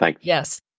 Yes